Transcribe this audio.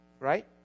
Right